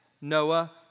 Noah